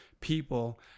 people